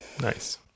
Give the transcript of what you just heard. Nice